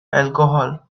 alcohol